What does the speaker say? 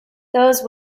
those